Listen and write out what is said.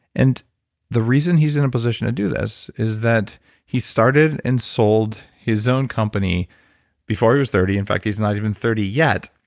and the reason he's in a position to do that is that he started and sold his own company before he was thirty. in fact, he's not even thirty yet